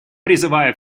призываю